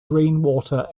rainwater